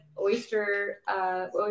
Oyster